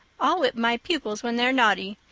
i'll whip my pupils when they're naughty.